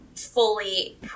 fully